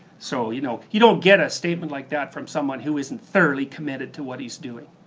so you know you don't get a statement like that from someone who isn't thoroughly committed to what he's doing.